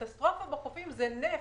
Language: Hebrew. קטסטרופה בחופים זה נפט,